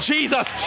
Jesus